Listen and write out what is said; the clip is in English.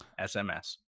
SMS